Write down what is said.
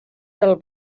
del